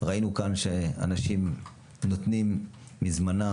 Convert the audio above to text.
ראינו כאן שאנשים נותנים מזמנם,